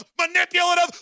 manipulative